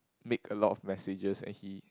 make a lot of messages and he